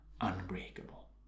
unbreakable